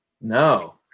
no